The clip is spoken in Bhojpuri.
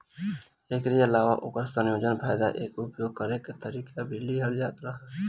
एकरी अलावा ओकर संयोजन, फायदा उके उपयोग करे के तरीका भी लिखल रहत हवे